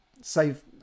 save